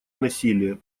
насилие